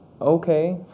okay